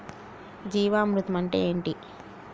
జీవామృతం అంటే ఏంటి?